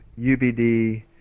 UBD